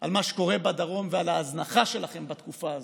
על מה שקורה בדרום ועל ההזנחה שלכם בתקופה הזאת: